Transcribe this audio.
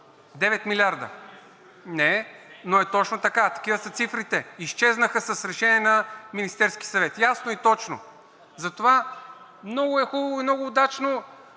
ГАНЕВ: Не е, но е точно така. Такива са цифрите. Изчезнаха с решение на Министерския съвет. Ясно и точно. Затова много е хубаво и много удачно